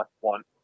want